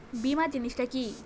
বীমা জিনিস টা কি?